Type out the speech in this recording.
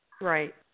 Right